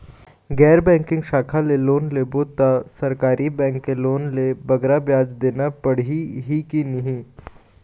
गैर बैंकिंग शाखा ले लोन लेबो ता सरकारी बैंक के लोन ले बगरा ब्याज देना पड़ही ही कि नहीं?